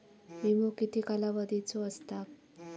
विमो किती कालावधीचो असता?